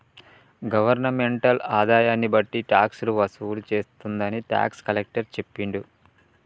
governmental ఆదాయన్ని బట్టి టాక్సులు వసూలు చేస్తుందని టాక్స్ కలెక్టర్ సెప్పిండు